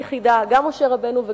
גם משה רבנו וגם יוסף,